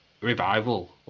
Revival